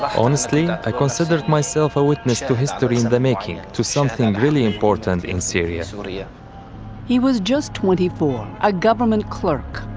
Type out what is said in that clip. but honestly, i considered myself a witness to history in the making, to something really important in syria. so gillian yeah he was just twenty four, a government clerk,